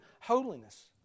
holiness